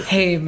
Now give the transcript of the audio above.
Hey